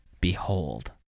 Behold